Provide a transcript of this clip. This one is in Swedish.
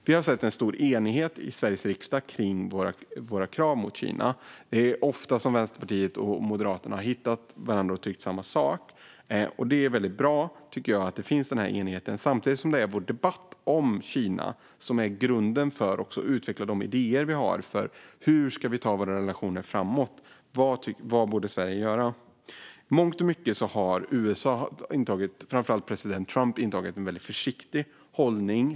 Vi har sett en stor enighet i Sveriges riksdag kring våra krav mot Kina. Ofta har Vänsterpartiet och Moderaterna hittat varandra och tyckt samma sak. Det är bra att den enigheten finns. Samtidigt är det vår debatt om Kina som är grunden och som utvecklar våra idéer för hur vi ska ta våra relationer framåt och vad Sverige borde göra. I mångt och mycket har USA och framför allt president Trump intagit en väldigt försiktig hållning.